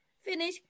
finish